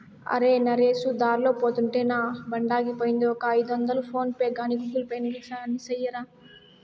అరే, నరేసు దార్లో పోతుంటే నా బండాగిపోయింది, ఒక ఐదొందలు ఫోన్ పే గాని గూగుల్ పే గాని సెయ్యరా